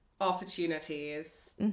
Opportunities